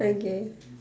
okay